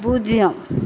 பூஜ்ஜியம்